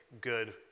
good